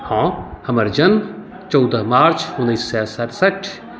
हँ हमर जन्म चौदह मार्च उन्नैस सए सरसठि